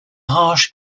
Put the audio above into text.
harsh